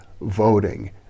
voting